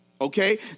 Okay